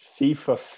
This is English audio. FIFA